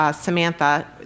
Samantha